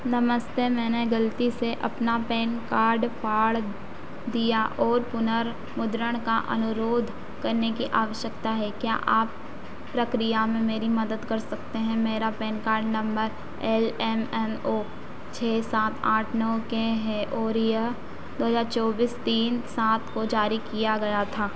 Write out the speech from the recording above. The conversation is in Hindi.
नमस्ते मैंने ग़लती से अपना पैन कार्ड फाड़ दिया और पुनर्मुद्रण का अनुरोध करने की आवश्यकता है क्या आप प्रक्रिया में मेरी मदद कर सकते हैं मेरा PAN card number L M N O छः सात आठ नौ के है और यह दो हज़ार चौबीस तीन सात को जारी किया गया था